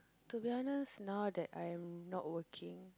to be honest now that I'm not working